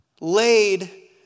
laid